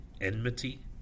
enmity